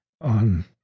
on